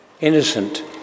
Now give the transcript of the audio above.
innocent